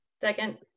Second